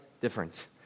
different